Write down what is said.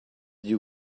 you